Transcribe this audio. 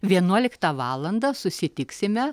vienuoliktą valandą susitiksime